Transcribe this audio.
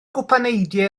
gwpaneidiau